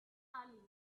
early